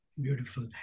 beautiful